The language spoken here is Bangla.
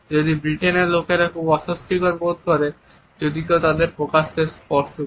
যদিও ব্রিটেনের লোকেরা খুব অস্বস্তিকর বোধ করে যদি কেউ তাদের প্রকাশ্যে স্পর্শ করে